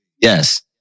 Yes